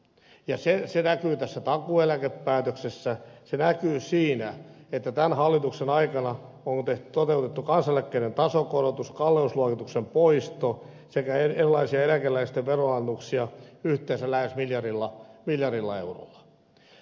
ja se näkyy tässä takuueläkepäätöksessä se näkyy siinä että tämän hallituksen aikana on toteutettu kansaneläkkeiden tasokorotus kalleusluokituksen poisto sekä erilaisia eläkeläisten veronalennuksia yhteensä lähes miljardilla eurolla